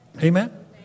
Amen